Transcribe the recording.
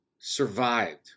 survived